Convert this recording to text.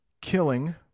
killing